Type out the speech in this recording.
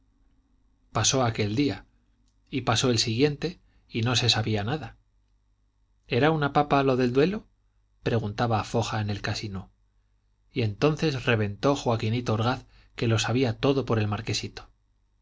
pasó aquel día y pasó el siguiente y no se sabía nada era una papa lo del duelo preguntaba foja en el casino y entonces reventó joaquinito orgaz que lo sabía todo por el marquesito